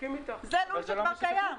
זה לול שכבר קיים.